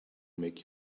make